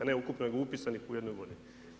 Ne ukupno, nego upisanih u jednoj godini.